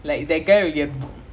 how old is he ah